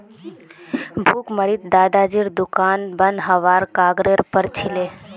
भुखमरीत दादाजीर दुकान बंद हबार कगारेर पर छिले